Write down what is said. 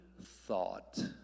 thought